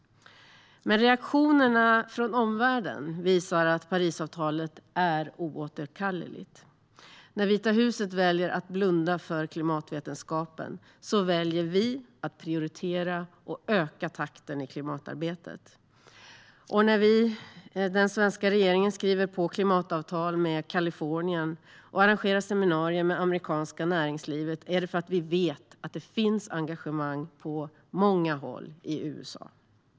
Reaktionerna från omvärlden visar dock att Parisavtalet är oåterkalleligt. När Vita huset väljer att blunda för klimatvetenskapen väljer vi att prioritera och öka takten i klimatarbetet. När den svenska regeringen skriver på klimatavtal med Kalifornien och arrangerar seminarier med det amerikanska näringslivet är det för att vi vet att det finns engagemang på många håll i USA.